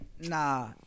Nah